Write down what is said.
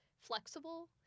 flexible